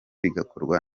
bigakorwa